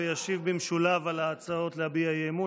ישיב במשולב על ההצעות להביע אי-אמון